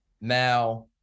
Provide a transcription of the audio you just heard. now